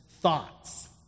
thoughts